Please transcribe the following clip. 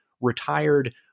retired